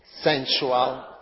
sensual